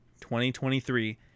2023